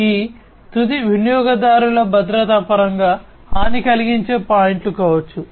ఈ తుది వినియోగదారులు భద్రత పరంగా హాని కలిగించే పాయింట్లు కావచ్చు